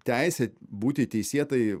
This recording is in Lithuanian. teisę būti teisėtai